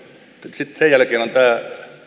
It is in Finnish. sitten sen jälkeen on tämä